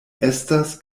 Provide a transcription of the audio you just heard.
estas